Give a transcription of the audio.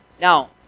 Now